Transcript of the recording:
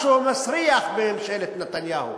משהו מסריח בממשלת נתניהו,